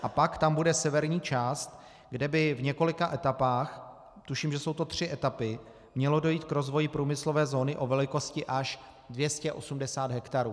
A pak tam bude severní část, kde by v několika etapách, tuším, že jsou to tři etapy, mělo dojít k rozvoji průmyslové zóny o velikosti až 280 hektarů.